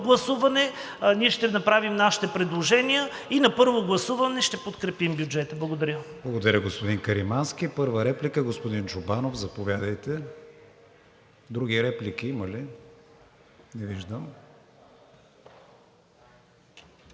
гласуване ние ще направим нашите предложения и на първо гласуване ще подкрепим бюджета. Благодаря. ПРЕДСЕДАТЕЛ КРИСТИАН ВИГЕНИН: Благодаря, господин Каримански. Първа реплика – господин Чобанов, заповядайте. Други реплики има ли? Не виждам.